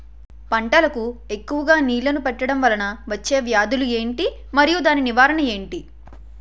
పంటలకు ఎక్కువుగా నీళ్లను పెట్టడం వలన వచ్చే వ్యాధులు ఏంటి? మరియు దాని నివారణ ఏంటి?